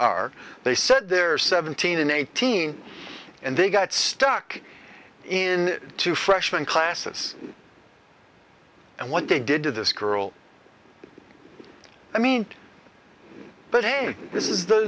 are they said they're seventeen and eighteen and they got stuck in two freshman classes and what they did to this girl i mean but hey this is the